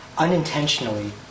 unintentionally